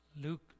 Luke